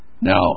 Now